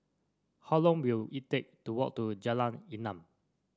how long will it take to walk to Jalan Enam